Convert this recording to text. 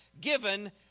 given